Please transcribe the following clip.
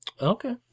okay